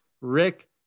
Rick